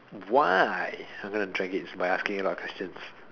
why I'm going to drag it by asking you a lot of questions